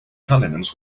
continents